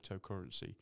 Cryptocurrency